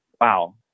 wow